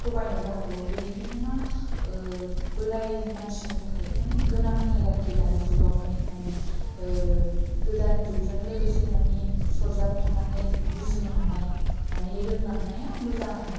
थगायनोबो हागौ बेनिखायनो मा बोराय मानसिनि थाखायथ' मानि गोनांथार आरोखि दानि जुगाव हाय मानि गोदान जुगजों लोगोसे मानि सरजाब फानानै बुजिनो हानाय मानि रोंलांनाया मोजां आरो